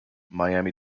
miami